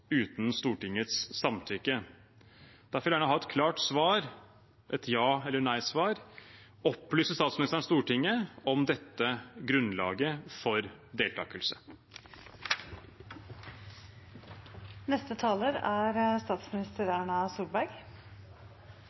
uten Stortingets samtykke. Derfor vil jeg gjerne ha et klart svar, et ja- eller nei-svar: Opplyste statsministeren Stortinget om dette grunnlaget for deltakelse? Det er